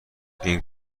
این